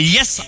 Yes